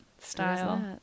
style